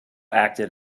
acted